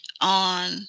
on